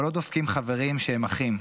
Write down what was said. אבל לא דופקים חברים שהם אחים,